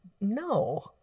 no